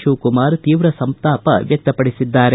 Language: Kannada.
ಶಿವಕುಮಾರ್ ತೀವ್ರ ಸಂತಾಪ ವ್ಯಕ್ತಪಡಿಸಿದ್ದಾರೆ